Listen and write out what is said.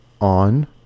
on